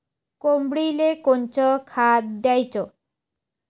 कोंबडीले कोनच खाद्य द्याच?